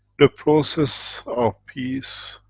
the process of peace